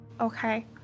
Okay